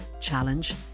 challenge